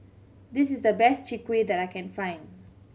this is the best Chwee Kueh that I can find